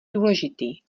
důležitý